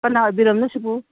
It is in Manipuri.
ꯀꯅꯥ ꯑꯣꯏꯕꯤꯔꯝꯅꯣ ꯁꯤꯕꯨ